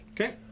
Okay